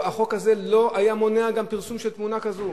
והחוק הזה לא היה מונע פרסום של תמונה כזאת.